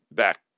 back